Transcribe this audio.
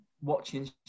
watching